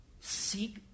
seek